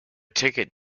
ticket